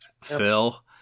Phil